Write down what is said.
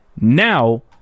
Now